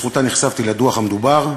שבזכותה נחשפתי לדוח המדובר,